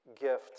gift